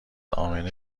امنه